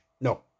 No